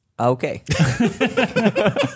Okay